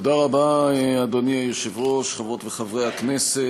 תודה רבה, אדוני היושב-ראש, חברות וחברי הכנסת,